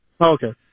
Okay